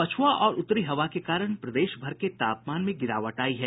पछुआ और उत्तरी हवा के कारण प्रदेश भर के तापमान में गिरावट आयी है